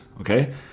Okay